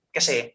Kasi